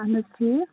اَہَن حظ ٹھیٖک